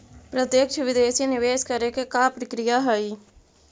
प्रत्यक्ष विदेशी निवेश करे के का प्रक्रिया हइ?